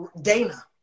Dana